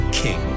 king